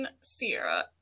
Sierra